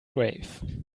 grave